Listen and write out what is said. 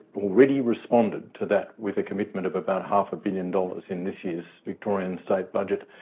already responded to that with a commitment of about half a billion dollars in this year's victorian state budget.